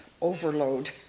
overload